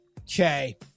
Okay